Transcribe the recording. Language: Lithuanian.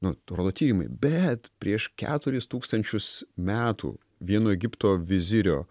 nu rolo tyrimai bet prieš keturis tūkstančius metų vieno egipto vizirio